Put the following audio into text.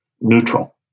neutral